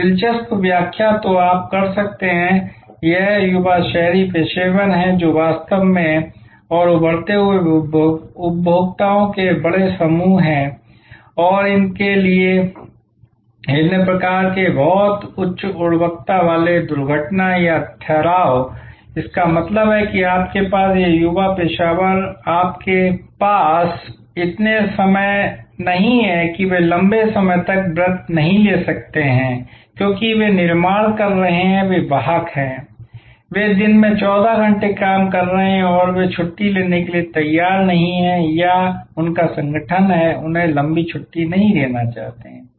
एक दिलचस्प व्याख्या जो आप कर सकते हैं यह युवा शहरी पेशेवर हैं जो वे वास्तव में और उभरते हुए उपभोक्ताओं के बड़े समूह हैं और उनके लिए विभिन्न प्रकार के बहुत उच्च गुणवत्ता वाले दुर्घटना या ठहराव इसका मतलब है आपके पास यह युवा पेशेवर आपके पास इतना समय नहीं है कि वे लंबे समय तक व्रत नहीं ले सकते हैं क्योंकि वे निर्माण कर रहे हैं वे वाहक हैं वे दिन में 14 घंटे काम कर रहे हैं और वे छुट्टी लेने के लिए तैयार नहीं हैं या उनका संगठन है उन्हें लंबी छुट्टी नहीं देना चाहते हैं